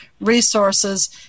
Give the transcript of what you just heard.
resources